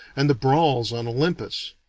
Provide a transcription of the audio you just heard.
and the brawls on olympus.